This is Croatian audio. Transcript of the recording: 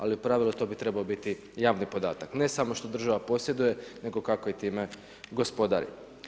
Ali u pravilu to bi trebao biti javni podatak ne samo što država posjeduje nego kako i time gospodari.